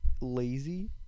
lazy